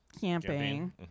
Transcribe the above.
camping